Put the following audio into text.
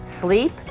sleep